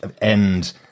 end